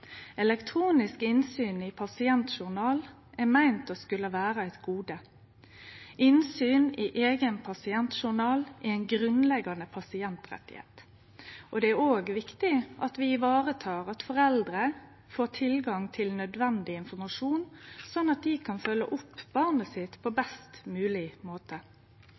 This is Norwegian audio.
Elektronisk innsyn i pasientjournal er meint å skulle vere eit gode. Innsyn i eigen pasientjournal er ein grunnleggjande pasientrett. Det er òg viktig at vi varetar at foreldre får tilgang til nødvendig informasjon, slik at dei kan følgje opp barnet sitt på best mogleg måte.